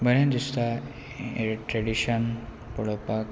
बरें दिसता हें ट्रॅडिशन पळोवपाक